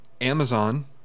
Amazon